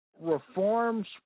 Reforms